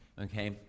okay